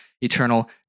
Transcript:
eternal